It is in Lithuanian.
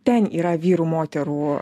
ten yra vyrų moterų